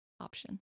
option